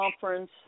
conference